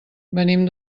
venim